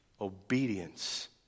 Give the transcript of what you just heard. Obedience